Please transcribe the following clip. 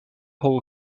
hol